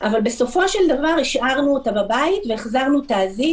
אבל בסופו של דבר השארנו אותה בבית והחזרנו את האזיק